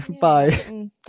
bye